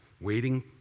waiting